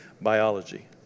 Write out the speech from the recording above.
biology